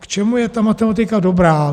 K čemu je ta matematika dobrá.